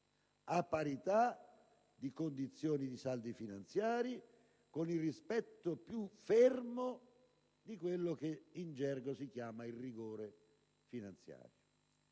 a parità di saldi finanziari, con il rispetto più fermo di quello che in gergo si chiama il rigore finanziario.